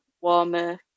warmer